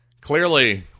Clearly